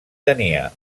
tenia